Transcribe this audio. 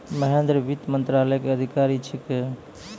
महेन्द्र वित्त मंत्रालय के अधिकारी छेकै